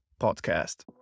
Podcast